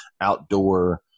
outdoor